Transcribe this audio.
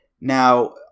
Now